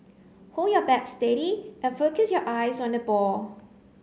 hold your bat steady and focus your eyes on the ball